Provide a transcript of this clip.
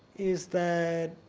is that